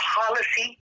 policy